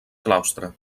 claustre